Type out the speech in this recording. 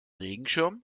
regenschirm